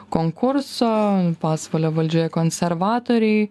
konkurso pasvalio valdžioje konservatoriai